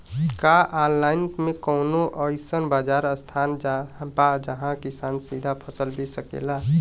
का आनलाइन मे कौनो अइसन बाजार स्थान बा जहाँ किसान सीधा फसल बेच सकेलन?